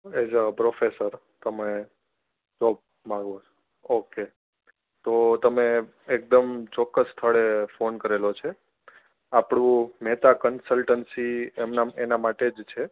એ જ અ પ્રોફેસર તમે જોબ માંગો છો ઓકે તો તમે એકદમ ચોક્કસ સ્થળે ફોન કરેલો છે આપણું નેતા કન્સલ્ટન્સી એમ નમ એના માટે જ છે